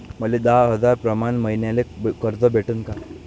मले दहा हजार प्रमाण मईन्याले कर्ज भेटन का?